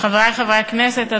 חברי חברי הכנסת,